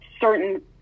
certain